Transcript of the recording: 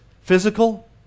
physical